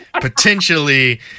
potentially